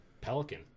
Pelican